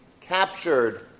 captured